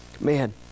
Man